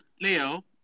Leo